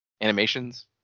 Animations